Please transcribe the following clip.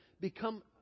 become